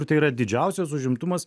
ir tai yra didžiausias užimtumas